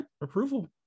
approval